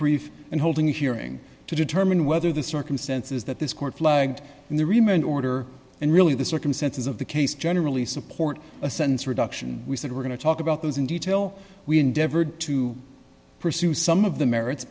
brief and holding a hearing to determine whether the circumstances that this court flagged in the reman order and really the circumstances of the case generally support a sentence reduction we said we're going to talk about those in detail we endeavored to pursue some of the merits